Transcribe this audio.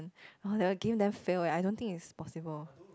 orh that game damn fail eh I don't think is possible